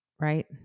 right